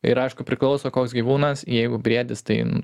ir aišku priklauso koks gyvūnas jeigu briedis tai